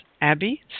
Abby